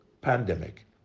pandemic